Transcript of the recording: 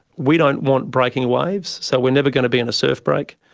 we don't want breaking waves, so we are never going to be in a surf break.